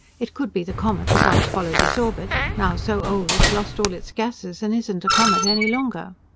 it could be the comet that once followed this orbit, now so old it's lost all its gases and isn't a comet any longer.